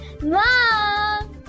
Mom